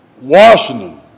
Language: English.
Washington